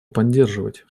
поддерживать